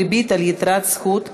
ריבית על יתרת זכות),